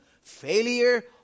failure